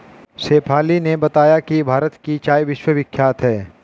शेफाली ने बताया कि भारत की चाय विश्वविख्यात है